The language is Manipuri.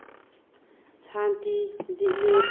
ꯁꯥꯟꯇꯤ ꯗꯤꯂꯤꯞ